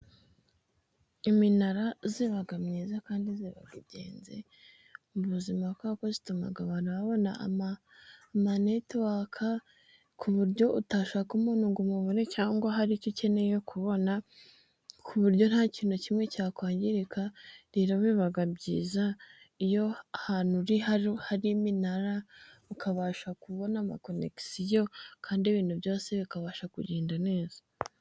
iminara ziba myiza kandi ziba ingenzi mu buzima, kuko zituma abantu babona amanetiwaka ku buryo utashaka umuntu ngo umubonere cyangwa hari icyo ukeneye kubona, ku buryo nta kintu nta kimwe cyakwangirika rero biba byiza iyo ahantu uri hari iminara ukabasha kubona amakonegisiyo kandi ibintu byose bikabasha kugenda neza.